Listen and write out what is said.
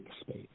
space